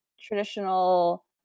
traditional